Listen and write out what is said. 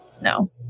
no